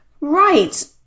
right